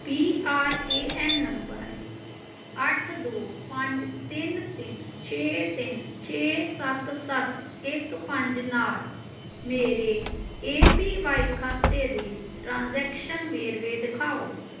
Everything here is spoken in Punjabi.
P R A N number ਅੱਠ ਦੋ ਪੰਜ ਤਿੰਨ ਤਿੰਨ ਛੇ ਤਿੰਨ ਛੇ ਸੱਤ ਸੱਤ ਇਕ ਪੰਜ ਨਾਲ ਮੇਰੇ ਏ ਪੀ ਬਾਈ ਖਾਤੇ ਦੇ ਟ੍ਰਾਂਸੈਕਸ਼ਨ ਵੇਰਵੇ ਦਿਖਾਓ